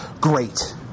great